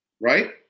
right